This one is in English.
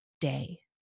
day